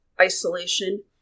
isolation